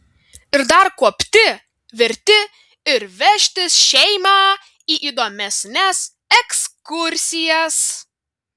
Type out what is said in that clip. ir dar kuopti virti ir vežtis šeimą į įdomesnes ekskursijas